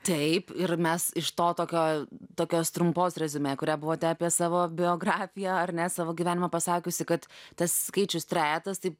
taip ir mes iš to tokio tokios trumpos reziumė kurią buvote apie savo biografiją ar ne savo gyvenimą pasakiusi kad tas skaičius trejetas tai